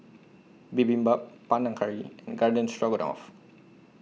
Bibimbap Panang Curry and Garden Stroganoff